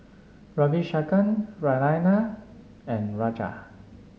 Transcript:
Ravi Shankar Naraina and Raja